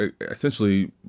essentially